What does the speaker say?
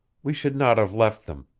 we should not have left them.